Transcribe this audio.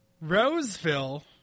Roseville